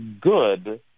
good